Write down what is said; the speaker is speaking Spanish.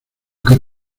que